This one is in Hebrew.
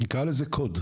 נקרא לזה קוד.